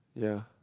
ya